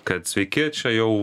kad sveiki čia jau